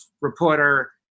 reporter